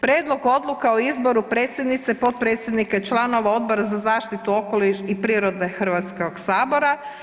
Prijedlog odluke o izboru predsjednice, potpredsjednika i članova Odbora za zaštitu okoliša i prirode Hrvatskog sabora.